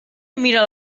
mira